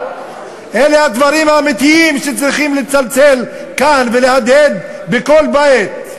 אלה הדברים האמיתיים שצריכים לצלצל כאן ולהדהד בכל בית.